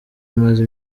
imaze